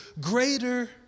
greater